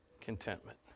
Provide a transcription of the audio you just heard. contentment